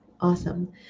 Awesome